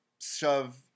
shove